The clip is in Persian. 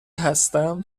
هستم